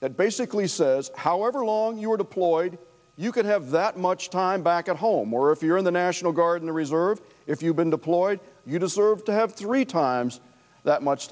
that basically says however long you were deployed you could have that much time back at home or if you're in the national guard and reserve if you've been deployed you deserve to have three times that much